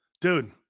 dude